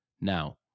Now